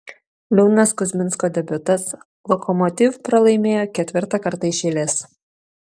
liūdnas kuzminsko debiutas lokomotiv pralaimėjo ketvirtą kartą iš eilės